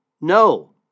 No